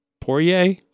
Poirier